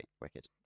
wicked